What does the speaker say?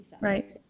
right